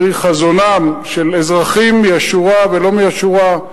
פרי חזונם של אזרחים מהשורה ולא מהשורה,